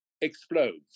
explodes